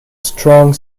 strong